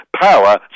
power